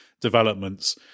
developments